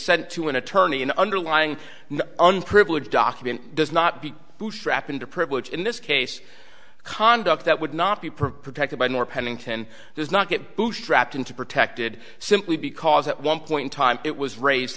sent to an attorney an underlying unprivileged document does not be trapped into privilege in this case conduct that would not be prepared to buy more pennington does not get bootstrap into protected simply because at one point in time it was raised